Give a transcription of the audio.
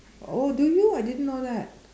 oh do you I didn't know that